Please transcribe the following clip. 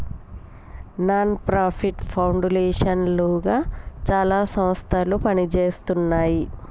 non profit foundation లుగా చాలా సంస్థలు పనిజేస్తున్నాయి